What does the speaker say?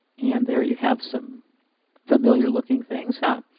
and there you have some familiar looking things huh?